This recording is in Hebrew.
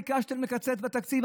ביקשתם לקצץ בתקציב,